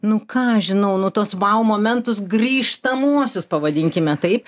nu ką aš žinau nu tuos vau momentus grįžtamuosius pavadinkime taip